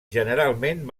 generalment